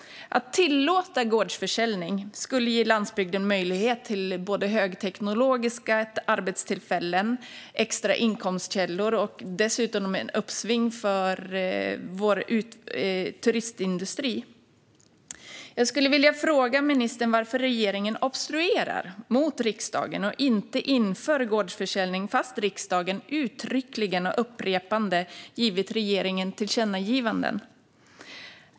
Att tillåta gårdsförsäljning skulle ge landsbygden möjlighet till högteknologiska arbetstillfällen, extra inkomstkällor och dessutom ett uppsving för vår turistindustri. Jag skulle vilja fråga ministern varför regeringen obstruerar mot riksdagen och inte inför gårdsförsäljning fast riksdagen uttryckligen och upprepat tillkännagett detta för regeringen.